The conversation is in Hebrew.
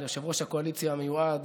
יושב-ראש הקואליציה המיועד,